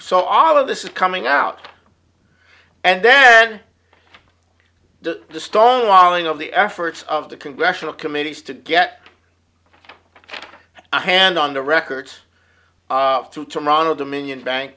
so all of this is coming out and then the stalling of the efforts of the congressional committees to get a hand on the records to toronto dominion bank